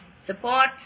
support